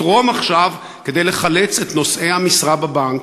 יתרום עכשיו כדי לחלץ את נושאי המשרה בבנק,